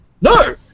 No